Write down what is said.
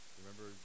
remember